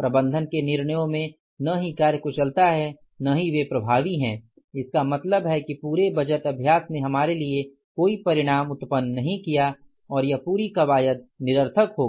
प्रबंधन के निर्णयों में न ही कार्यकुशलता है न ही वे प्रभावी है इसका मतलब है कि पूरे बजट अभ्यास ने हमारे लिए कोई परिणाम उत्पन्न नहीं किया और यह पूरी कवायद निरर्थक हो गई